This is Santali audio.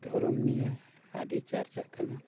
ᱫᱷᱚᱨᱚᱢ ᱱᱤᱭᱟᱹ ᱟᱹᱰᱤ ᱪᱟᱨᱪᱟᱜ ᱠᱟᱱᱟ